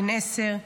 בן עשר,